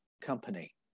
company